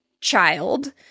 child